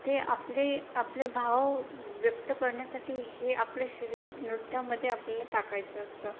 ते आपले आपले भाव व्यक्त करण्यासाठी हे आपलं शरीर नृत्यामध्ये आपल्याला टाकायचं असतं